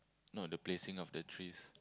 no the placing of the trees